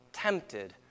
...tempted